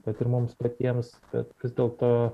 bet ir mums patiems kad vis dėlto